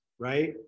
right